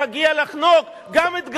מגיע לחנוק גם את,